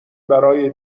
برای